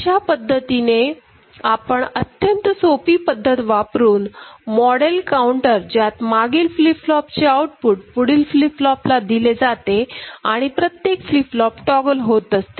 अशा पद्धतीने आपण अत्यंत सोपी पद्धत वापरून मॉडेल काउंटर ज्यात मागील फ्लीप फ्लोप चे आउटपुट पुढील फ्लीप फ्लोपला दिले जाते आणि प्रत्येक फ्लीप फ्लोप टॉगल होत असते